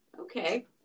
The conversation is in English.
Okay